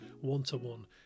one-to-one